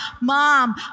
mom